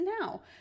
now